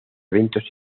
eventos